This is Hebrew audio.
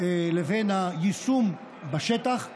לבין היישום בשטח,